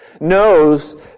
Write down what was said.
knows